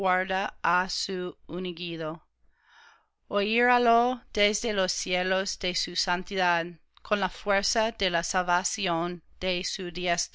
ungido oirálo desde los cielos de su santidad con la fuerza de la salvación